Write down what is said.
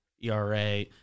ERA